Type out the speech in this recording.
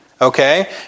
Okay